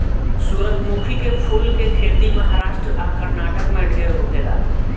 सूरजमुखी के फूल के खेती महाराष्ट्र आ कर्नाटक में ढेर होखेला